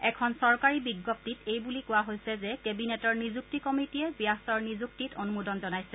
এখন চৰকাৰী বিজ্ঞপ্তিত এই বুলি কোৱা হৈছে যে কেবিনেটৰ নিযুক্তি কমিটীয়ে ব্যাসৰ নিযুক্তিত অনুমোদন জনাইছে